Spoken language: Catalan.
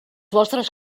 vostres